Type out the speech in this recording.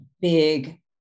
big